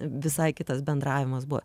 visai kitas bendravimas buvo